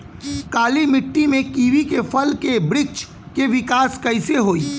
काली मिट्टी में कीवी के फल के बृछ के विकास कइसे होई?